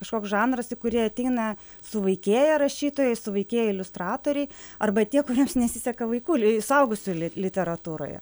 kažkoks žanras į kurį ateina suvaikėję rašytojai suvaikėję iliustratoriai arba tie kuriems nesiseka vaikų suaugusių li literatūroje